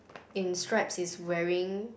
in stripes is wearing